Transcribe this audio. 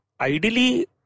ideally